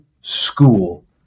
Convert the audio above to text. school